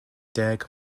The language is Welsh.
deg